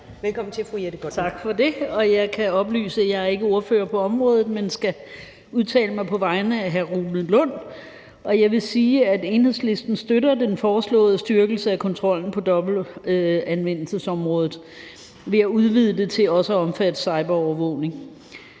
Jette Gottlieb (EL): Tak for det. Jeg kan oplyse om, at jeg ikke er ordfører på området, men skal udtale mig på vegne af hr. Rune Lund. Og jeg vil sige, at Enhedslisten støtter den foreslåede styrkelse af kontrollen på dobbeltanvendelsesområdet ved at udvide det til også at omfatte cyberovervågning.